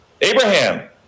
Abraham